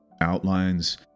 outlines